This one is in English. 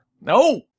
No